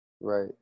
Right